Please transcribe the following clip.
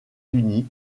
unis